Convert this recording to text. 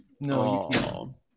No